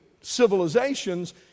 civilizations